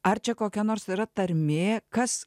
ar čia kokia nors yra tarmė kas